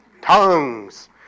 Tongues